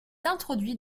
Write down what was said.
introduit